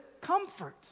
comfort